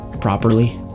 properly